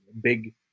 big